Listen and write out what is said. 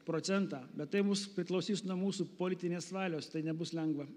procentą bet tai mūs priklausys nuo mūsų politinės valios tai nebus lengva